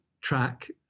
track